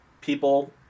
people